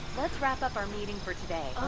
let's wrap up our meeting for today.